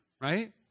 right